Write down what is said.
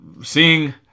seeing